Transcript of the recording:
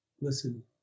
listen